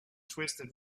twisted